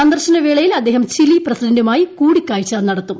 സന്ദർശന വേളയിൽ അദ്ദേഹം ചിലി പ്രസി ഡന്റുമായി കൂടിക്കാഴ്ച നടത്തും